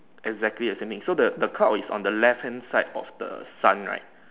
exactly the same thing so the the cloud is on the left hand side of the sun right